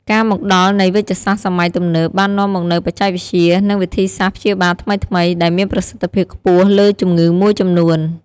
ការមកដល់នៃវេជ្ជសាស្ត្រសម័យទំនើបបាននាំមកនូវបច្ចេកវិទ្យា និងវិធីសាស្ត្រព្យាបាលថ្មីៗ ដែលមានប្រសិទ្ធភាពខ្ពស់លើជំងឺមួយចំនួន។